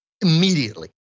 immediately